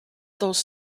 those